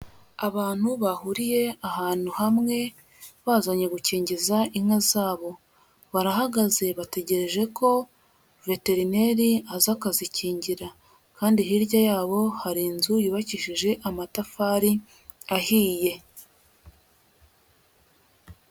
Abantu bahuriye ahantu hamwe bazanye gukingiza inka zabo, barahagaze bategereje ko veterineri aza akazikingira kandi hirya yabo hari inzu yubakishije amatafari ahiye.